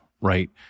right